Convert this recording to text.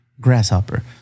grasshopper